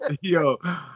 yo